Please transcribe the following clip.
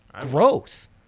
Gross